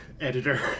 editor